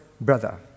brother